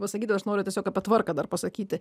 pasakyti aš noriu tiesiog apie tvarką dar pasakyti